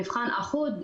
מבחן אחוד,